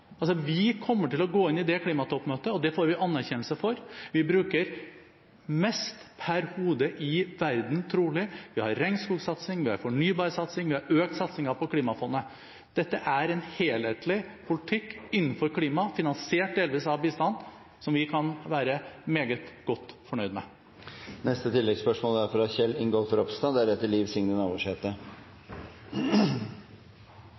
Vi kommer til å gå inn i det klimatoppmøtet – og det får vi anerkjennelse for – med trolig å bruke mest per hode i verden. Vi har regnskogsatsing, vi har fornybarsatsing, vi har økt satsingen på klimafondet. Dette er en helhetlig politikk innenfor klima, finansiert delvis av bistand, som vi kan være meget godt fornøyd med. Kjell Ingolf Ropstad